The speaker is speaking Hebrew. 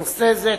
נושא זה,